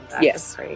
Yes